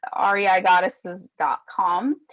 reigoddesses.com